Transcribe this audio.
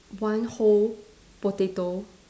one whole potato